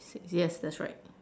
yes that's right